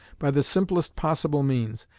by the simplest possible means,